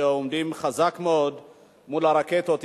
שעומדים חזק מאוד מול הרקטות.